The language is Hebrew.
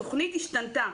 התכנית השתנתה.